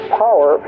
power